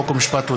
חוק ומשפט.